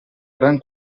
gran